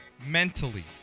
mentally